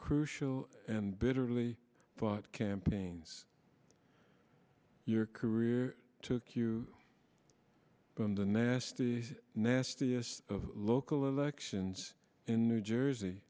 crucial and bitterly fought campaigns your career took you from the nasty nastiest of local elections in new jersey